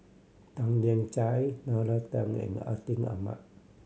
Tan Lian Chye Nalla Tan and Atin Amat